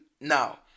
Now